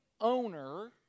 owner